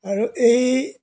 আৰু এই